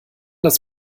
das